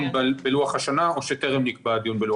בלוח השנה או שטרם נקבע הדיון בלוח השנה.